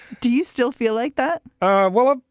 do you still feel like that? ah well,